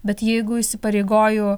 bet jeigu įsipareigoju